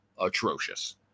atrocious